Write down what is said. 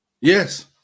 Yes